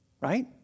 Right